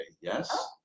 Yes